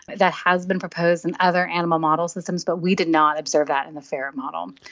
but that has been proposed in other animal model systems but we did not observe that in the ferret model.